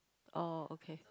oh okay